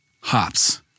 hops